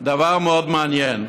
דבר מאוד מעניין: